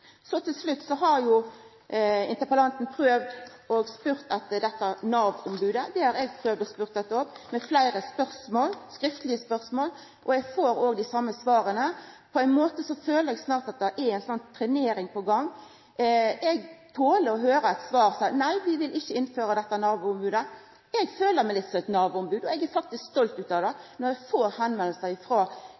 til slutt: Interpellanten har prøvd å spørja etter Nav-ombodet. Det har eg prøvd å spørja etter òg, fleire spørsmål, skriftlege spørsmål, og eg får òg dei same svara. På ein måte føler eg at det er ei trenering på gang. Eg toler å høyra eit svar som er: Nei, vi vil ikkje innføra eit Nav-ombod. Eg føler meg litt som eit Nav-ombod, og eg er faktisk stolt av det når folk der ute tek kontakt med meg. Dersom eg